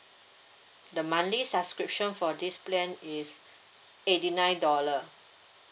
the monthly subscription for this plan is eighty nine dollar